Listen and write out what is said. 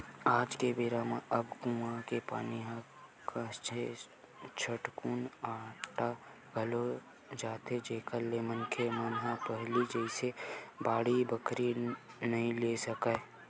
आज के बेरा म अब कुँआ के पानी ह काहेच झटकुन अटा घलोक जाथे जेखर ले मनखे मन ह पहिली जइसे बाड़ी बखरी नइ ले सकय